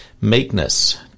meekness